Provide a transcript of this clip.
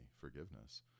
forgiveness